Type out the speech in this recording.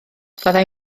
fyddai